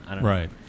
Right